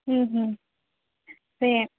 same